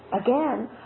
again